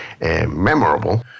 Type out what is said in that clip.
memorable